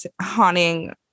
haunting